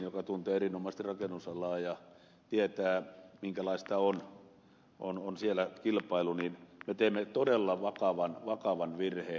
reijonen tuntee erinomaisesti rakennusalaa ja tietää minkälaista on siellä kilpailu me teemme todella vakavan virheen